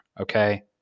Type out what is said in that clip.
Okay